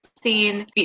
seen